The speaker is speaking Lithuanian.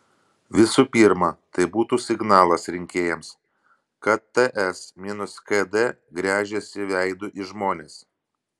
visų pirma tai būtų signalas rinkėjams kad ts kd gręžiasi veidu į žmones